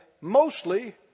mostly